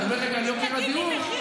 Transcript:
אני מדבר על יוקר הדיור,